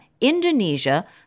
Indonesia